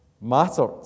mattered